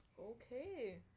Okay